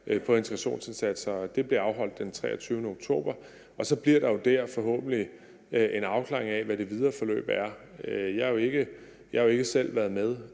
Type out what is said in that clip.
på integrationsindsatserne, og det bliver afholdt den 23. oktober. Så bliver der jo forhåbentlig er en afklaring af, hvad det videre forløb er. Jeg har jo ikke selv været med